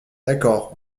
d’accord